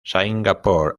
singapore